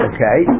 Okay